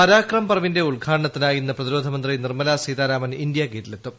പരാക്രം പർവിന്റെ ഉദ്ഘാടനത്തിനായി ഇന്ന് പ്രതിരോധ മന്ത്രി നിർമ്മലാ സീതാരാമൻ ഇന്ത്യ ഗേറ്റിലെത്തും